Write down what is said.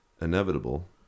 inevitable